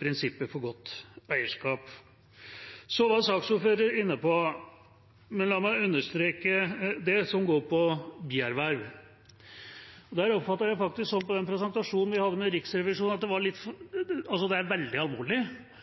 prinsipper for godt eierskap. Men la meg understreke det som går på bierverv: Jeg oppfattet det sånn under den presentasjonen vi hadde med Riksrevisjonen, at det er veldig alvorlig